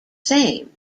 same